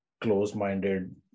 close-minded